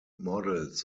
models